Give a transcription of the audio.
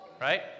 right